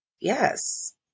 Yes